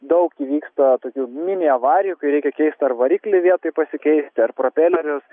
daug įvyksta tokių mini avarijų kai reikia keist ar variklį vietoj pasikeisti ar propelerius